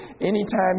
Anytime